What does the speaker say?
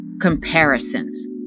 comparisons